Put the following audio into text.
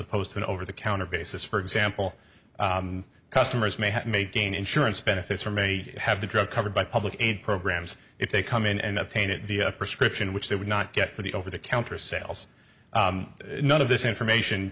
opposed to an over the counter basis for example customers may have may gain insurance benefits or may have the drug covered by public aid programs if they come in and i painted the prescription which they would not get for the over the counter sales none of this information